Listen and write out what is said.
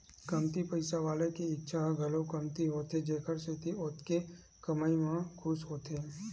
कमती पइसा वाला के इच्छा ह घलो कमती होथे जेखर सेती ओतके कमई म खुस होथे